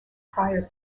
prior